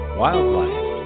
wildlife